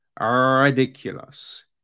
ridiculous